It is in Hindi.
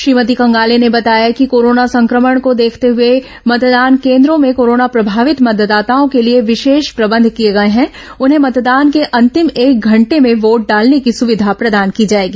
श्रीमती कंगाले ने बताया कि कोरोना संक्रमण को देखते हुए मतदान केन्द्रो में कोरोना प्रभावित मतदाताओं के लिए विशेष प्रबंध किए गए हैं उन्हें मतदान के अंतिम एक घंटे में वोट डालने की सुविधा प्रदान की जाएगी